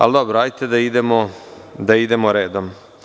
Ali dobro, hajde da idemo redom.